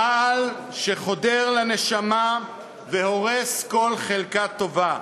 רעל שחודר לנשמה והורס כל חלקה טובה.